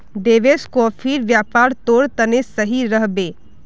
देवेश, कॉफीर व्यापार तोर तने सही रह बे